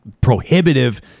prohibitive